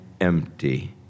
empty